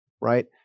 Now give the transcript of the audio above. right